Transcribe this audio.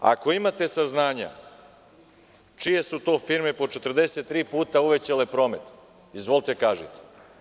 Ako imate saznanja čije su to firme po 43 puta uvećale promet, izvolite kažite.